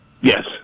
Yes